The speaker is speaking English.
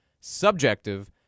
subjective